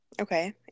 Okay